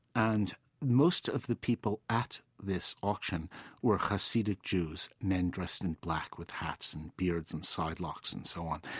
and most of the people at this auction were hasidic jews, men dressed in black with hats and beards and sidelocks and so on.